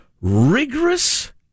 rigorous